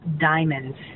Diamonds